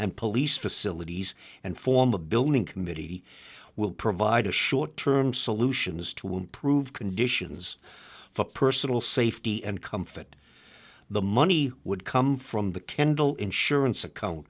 and police facilities and form a building committee will provide a short term solutions to improve conditions for personal safety and comfort that the money would come from the kendall insurance account